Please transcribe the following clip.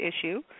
issue